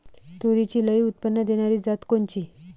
तूरीची लई उत्पन्न देणारी जात कोनची?